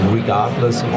regardless